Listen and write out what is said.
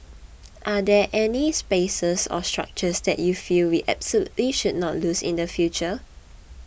are there any spaces or structures that you feel we absolutely should not lose in the future